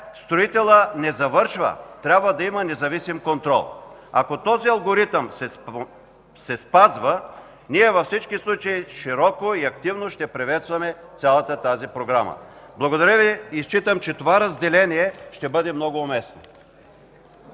строителят не завършва. Трябва да има независим контрол. Ако този алгоритъм се спазва, във всички случаи широко и активно ще приветстваме цялата тази Програма. Благодаря Ви и считам, че това разделение ще бъде много уместно.